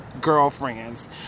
girlfriends